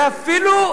ואפילו,